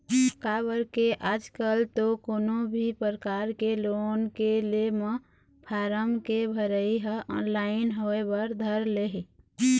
काबर के आजकल तो कोनो भी परकार के लोन के ले म फारम के भरई ह ऑनलाइन होय बर धर ले हे